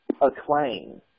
acclaim